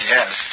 Yes